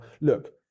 look